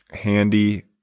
handy